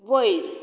वयर